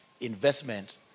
investment